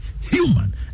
human